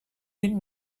vint